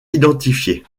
identifiée